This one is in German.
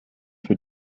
für